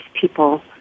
people